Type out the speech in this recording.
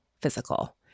physical